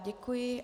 Děkuji.